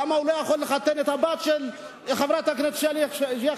למה הוא לא יכול לחתן את הבת של חברת הכנסת שלי יחימוביץ?